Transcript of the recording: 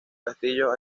castillo